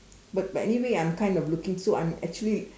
but but anyway I'm kind of looking so I'm actually